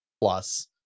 plus